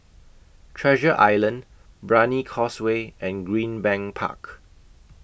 Treasure Island Brani Causeway and Greenbank Park